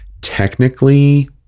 technically